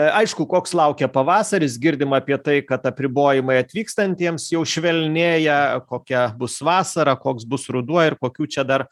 aišku koks laukia pavasaris girdim apie tai kad apribojimai atvykstantiems jau švelnėja kokia bus vasara koks bus ruduo ir kokių čia dar